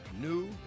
new